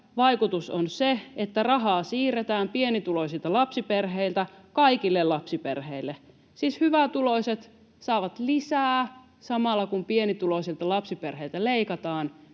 vaikutus on se, että rahaa siirretään pienituloisilta lapsiperheiltä kaikille lapsiperheille. Siis hyvätuloiset saavat lisää samalla, kun pienituloisilta lapsiperheiltä leikataan